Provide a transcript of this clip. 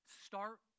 Start